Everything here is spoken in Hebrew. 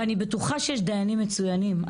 ואני בטוחה שיש דיינים מצוינים,